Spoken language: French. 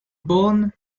born